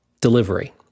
delivery